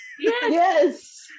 Yes